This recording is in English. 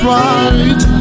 right